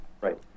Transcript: Right